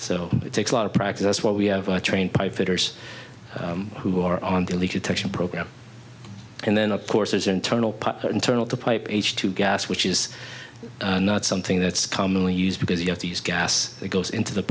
so it takes a lot of practice what we have a trained pipefitters who are on the least attention program and then of course is internal internal to pipe h two gas which is not something that's commonly used because you have to use gas that goes into the